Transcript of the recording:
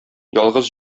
ялгыз